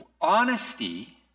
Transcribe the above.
Honesty